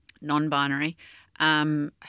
non-binary